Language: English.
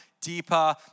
deeper